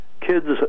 kids